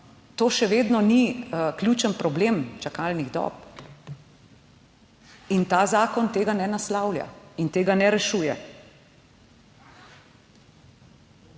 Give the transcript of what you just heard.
to še vedno ni ključen problem čakalnih dob in ta zakon tega ne naslavlja in tega ne rešuje.